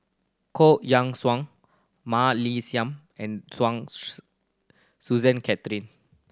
Koh Yang Suan Mah Li Sian and Suchen Christine